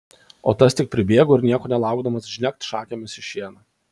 o tas tik pribėgo ir nieko nelaukdamas žnekt šakėmis į šieną